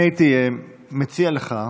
אני הייתי מציע לך,